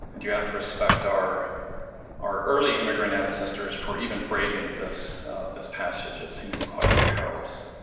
and you have to respect our our early immigrant ancestors for even braving this this passage. it seemed quite perilous.